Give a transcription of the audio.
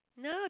No